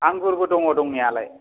आंगुरबो दङ दंनाया लाय